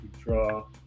draw